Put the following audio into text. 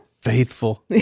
Faithful